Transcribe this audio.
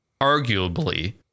arguably